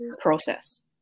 process